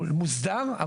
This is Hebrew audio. מוסדר.